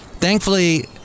Thankfully